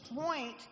point